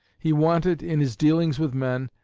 he wanted, in his dealings with men,